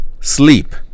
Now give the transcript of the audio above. sleep